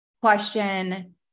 question